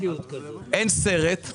אין סרט.